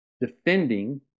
defending